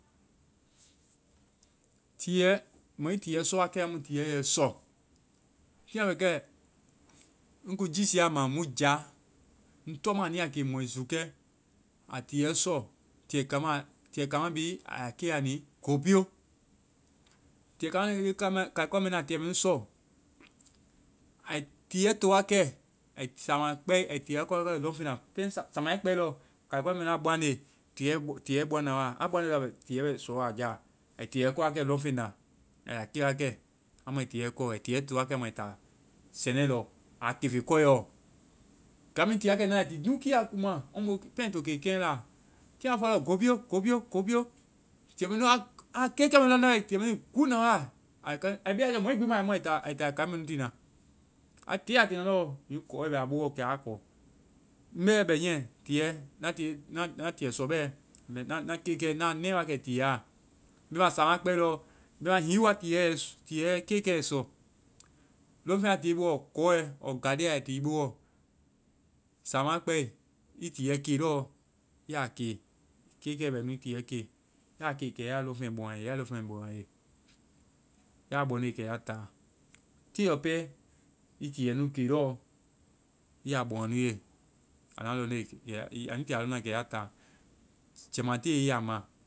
Tiiɛ. Mɔ i tiiɛ sɔ wa kɛ amu tiiɛ yɛ i sɔ. Kɛ a bɛ kɛ. Ŋ kuŋ giisiia a ma mu ja, ŋ tɔma, anu ya ke mɔe zuukɛ. A tiiɛ sɔ. Tiiɛ kaima-tiiɛ kaima bhii a ya ke ya nii, gópio. Tiiɛ kaima mɛ nu, leŋkaima kai kɔ mɛ nu a tiiɛ mɛ nu sɔ. Ai tiiɛ to wa kɛ-ai-saama kpɛe ai tiiɛ kɔ na lɔŋfeŋ la pɛŋ. Samaa a kpɛe lɔ, kai kɔ mɛnu a bɔaŋne, tiiɛ-tiiɛ bɔ na wa. A bɔaŋne lɔɔ, tiiɛ bɛ sɔ a jaa. Ai tiiɛ kɔwakɛ lɔŋfeŋ la ai ya ke ya kɛ. Amu ai tiiɛ kɔ. Tiiɛ to wa kɛ a ma ai ta sɛnɛlɔ, a kefe kɔeɛ lɔ. Kai mɛ nui to wa kɛ na na ai tii núu kiakunma almost pɛŋ ai to ke kɛŋ la. Kɛ a fɔe lɔɔ gópio, gópio, gópio, tiiɛ me nu a-a kekɛ mɛ nu laŋne, ai to na gúuna na wa. Ai be na mʋ nu gbi ma wa wa a mu ai ta-ai ta kai mɛ nu tiina. A ke a leŋ lɔɔ, hiŋi kɔɛ bɛ a boɔ, kɛ a kɔ. Ŋ bɛ mɛɛ niiɛ, tiiɛ, na tiiɛ sɔ bɛɛ. Mɛ na- na kekɛ, naa nɛi wa kɛ tiiɛ a. Bɛma samãa kpɛi lɔɔ, bɛma, hiŋi i wa tiiɛ ai kekɛ sɔ, lɔfeŋ a tiie i boɔ kɔɛ ɔ galiiɛ a tiie i boɔ, saama a kpɛe, i tiiɛ ke lɔɔ. I ya ke. Kekɛ bɛ nu i tiiɛ kee. Ya ke, kɛ ya lɔŋfeŋ bɔŋ a ye. Ya lɔŋfeŋ bɔŋ a ye. Yaa bɔŋne, kɛ ya táa. Tée yɔ pɛɛ, i tiiɛ nu ke lɔɔ. I ya bɔŋ anu ye. Anda lɔŋne-a nuí ti a lɔŋ na kɛ ya taa. Jɛɛma tée, i ya ma.